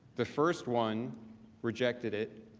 the first one rejected it,